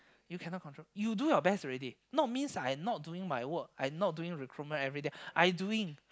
you cannot control you do your best already not means I not doing my work I not doing recruitment everyday I doing